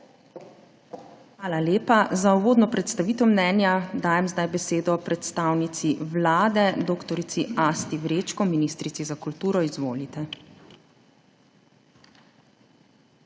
Hvala lepa. Za uvodno predstavitev mnenja dajem besedo predstavnici Vlade dr. Asti Vrečko, ministrici za kulturo. Izvolite.